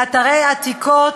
לאתרי עתיקות,